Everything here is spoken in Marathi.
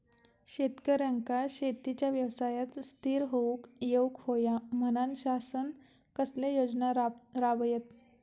शेतकऱ्यांका शेतीच्या व्यवसायात स्थिर होवुक येऊक होया म्हणान शासन कसले योजना राबयता?